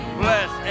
bless